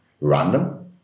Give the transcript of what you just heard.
random